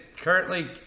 currently